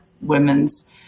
women's